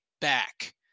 back